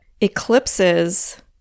eclipses